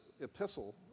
epistle